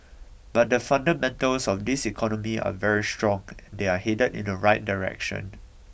but the fundamentals of this economy are very strong and they're headed in the right direction